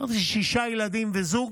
אמרתי: שישה ילדים וזוג,